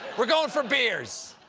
we're going for beers.